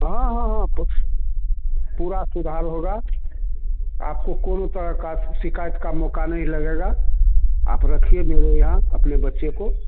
हाँ हाँ हाँ पूरा सुधार होगा आपको कौनो तरह की शिकायत का मौका नहीं लगेगा आप रखिए मेरे यहाँ अपने बच्चे को